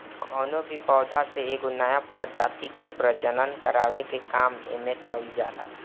कवनो भी पौधा से एगो नया प्रजाति के प्रजनन करावे के काम एमे कईल जाला